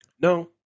No